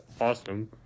awesome